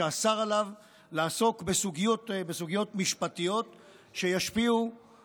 שאסר עליו לעסוק בסוגיות משפטיות שישפיעו,